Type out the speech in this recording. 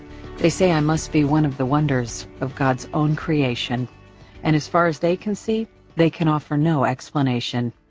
they say i must be one of the wonders of god's own creation and as far as they can see they can offer no explanation.